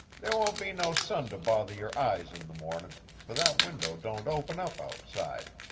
there won't be no sun to bother your eyes in the mornin', for that window don't open up outside.